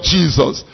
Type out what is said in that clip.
Jesus